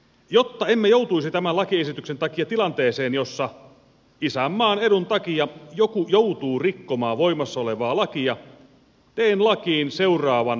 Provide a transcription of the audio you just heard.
jotta emme joutuisi tämän lakiesityksen takia tilanteeseen jossa isänmaan edun takia joku joutuu rikkomaan voimassa olevaa lakia teen lakiin seuraavan lausumaehdotuksen